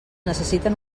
necessiten